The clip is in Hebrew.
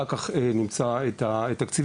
אחר כך נמצא את התקציבים.